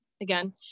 again